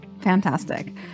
Fantastic